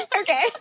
Okay